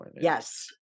Yes